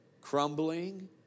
crumbling